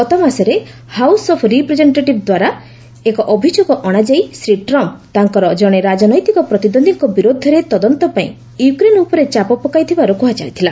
ଗତମାସରେ house of representative ଦ୍ୱାରା ଏକ ଅଭିଯୋଗ ଅଣାଯାଇ ଶ୍ରୀ ଟ୍ରମ୍ପ ତାଙ୍କର ଜଣେ ରାଜନୈତିକ ପ୍ରତିଦୃନ୍ଦିଙ୍କ ବିରୁଦ୍ଧରେ ତଦନ୍ତ ପାଇଁ ୟୁକ୍ରେନ୍ ଉପରେ ଚାପ ପକାଇଥିବାର କୁହାଯାଇଥିଲା